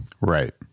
Right